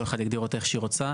כל אחד יגדיר אותה איך שהוא רוצה,